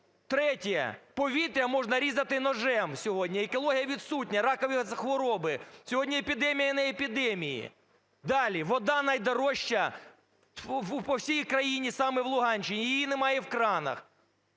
Третє. Повітря можна різати ножем сьогодні! Екологія відсутня, ракові хвороби, сьогодні епідемія на епідемії. Далі. Вода найдорожча по всій країні саме в Луганщині і її немає в кранах.